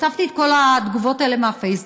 אספתי את כל התגובות האלה מהפייסבוק,